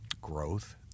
growth